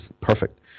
perfect